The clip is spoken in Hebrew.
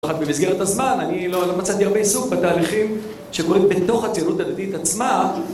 במסגרת הזמן אני לא מצאתי הרבה עיסוק בתהליכים שקורים בתוך הציונות הדתית עצמה